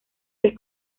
les